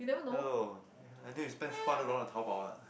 hello I knew you spent four hundred dollar on Taobao ah